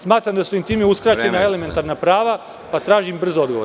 Smatram da su im time uskraćena elementarna prava, pa tražim brz odgovor.